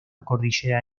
cordillera